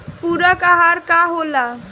पुरक अहार का होला?